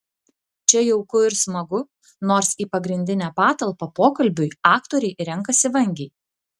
čia jauku ir smagu nors į pagrindinę patalpą pokalbiui aktoriai renkasi vangiai